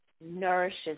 nourishes